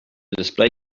display